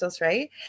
right